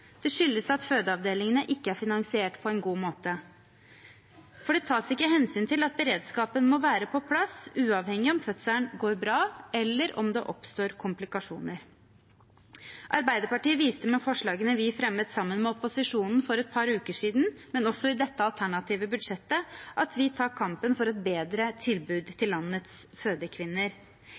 Det skyldes at fødeavdelingene ikke er finansiert på en god måte, for det tas ikke hensyn til at beredskapen må være på plass – uavhengig av om fødselen går bra, eller om det oppstår komplikasjoner. Arbeiderpartiet viste med forslagene vi fremmet sammen med opposisjonen for et par uker siden, men også i dette alternative budsjettet, at vi tar kampen for et bedre tilbud til landets fødekvinner.